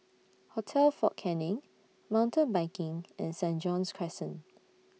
Hotel Fort Canning Mountain Biking and Saint John's Crescent